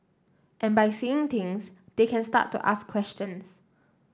and by seeing things they can start to ask questions